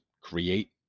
create